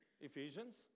Ephesians